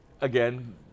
Again